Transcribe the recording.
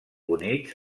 units